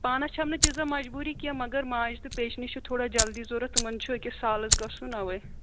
پانَس چھَم نہٕ تیٖژاہ مجبوٗری کیٚنٛہہ مگر ماجہِ تہٕ پیچنہِ چھِ تھوڑا جلدی ضروٗرت تِمَن چھُ أکِس سالَس گژھُن اَوَے